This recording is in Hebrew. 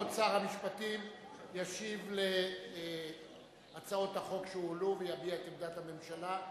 כבוד שר המשפטים ישיב על הצעות החוק שהועלו ויביע את עמדת הממשלה.